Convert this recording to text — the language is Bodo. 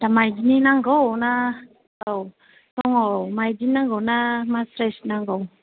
दा माइदिनि नांगौ ना औ दङ माइदि नांगौ ना मासरायस नांगौ